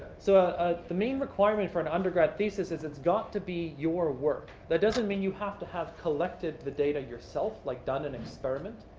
so ah the main requirement for an undergrad thesis is it's got to be your work. that doesn't mean you have to have collected the data yourself, like done an experiment.